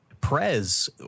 Prez